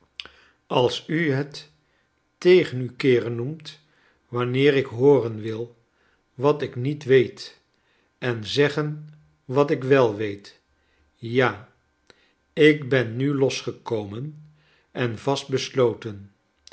als u het tegen u keeren noemt wanneer ik hooren wil wat ik niet weet en zeggen wat ik wel weet ja ik ben nu losgekomen en vastbesloten